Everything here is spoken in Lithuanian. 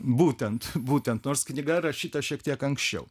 būtent būtent nors knyga rašyta šiek tiek anksčiau